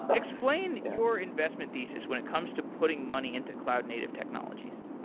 explain your investment thesis when it comes to putting money into cloud native technologies.